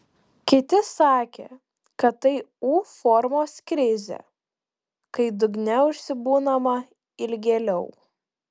kiti sakė kad tai u formos krizė kai dugne užsibūnama ilgėliau